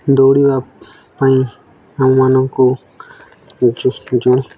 ଦୌଡ଼ିବା ପାଇଁ ଆମମାନଙ୍କୁ